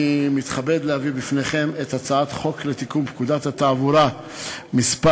אני מתכבד להביא בפניכם את הצעת חוק לתיקון פקודת התעבורה (מס'